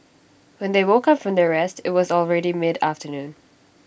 when they woke up from their rest IT was already mid afternoon